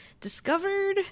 discovered